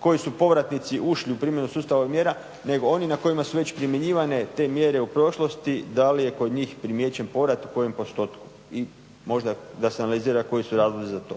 koji su povratnici ušli u primjenu sustava mjera nego oni na kojima su već primjenjivane te mjere u prošlosti, da li je kod njih primijećen povrat u kojem postotku i možda da se izanalizira koji su razlozi za to.